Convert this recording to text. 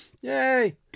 Yay